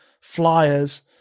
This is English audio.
flyers